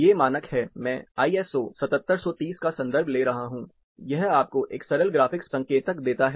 ये मानक है मैं आईएसओ 7730 का संदर्भ ले रहा हूं यह आपको एक सरल ग्राफिक संकेतक देता है